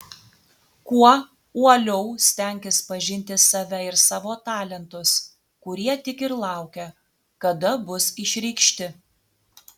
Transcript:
kuo uoliau stenkis pažinti save ir savo talentus kurie tik ir laukia kada bus išreikšti